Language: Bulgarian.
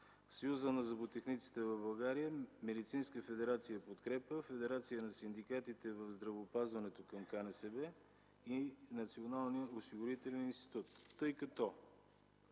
Съюза на зъботехниците в България, Медицинската федерация „Подкрепа”, Федерацията на синдикатите в здравеопазването към КНСБ и Националния осигурителен институт. През м.